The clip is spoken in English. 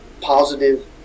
positive